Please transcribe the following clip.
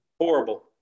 Horrible